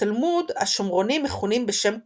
בתלמוד השומרונים מכונים בשם כותים,